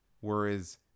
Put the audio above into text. Whereas